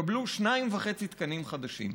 התקבלו שניים וחצי תקנים חדשים.